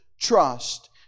trust